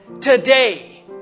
Today